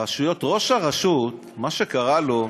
ראש הרשות, מה שקרה לו,